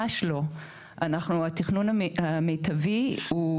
התכנון המיטבי הוא,